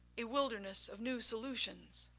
a wilderness of new solutions,